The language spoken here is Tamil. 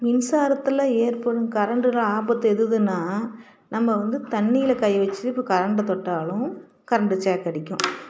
மின்சாரத்தில் ஏற்படும் கரண்டில் ஆபத்து எதெதுன்னால் நம்ம வந்து தண்ணியில் கை வச்சு இப்போ கரண்டை தொட்டாலும் கரண்டு ஸேக் அடிக்கும்